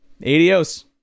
Adios